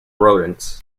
rodents